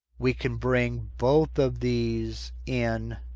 we can bring both of these in.